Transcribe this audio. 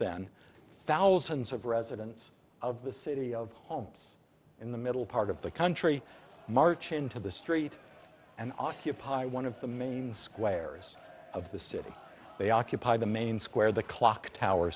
then thousands of residents of the city of homes in the middle part of the country march into the street and occupy one of the main squares of the city they occupy the main square the clock tower